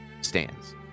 stands